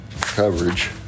coverage